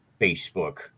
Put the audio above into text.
Facebook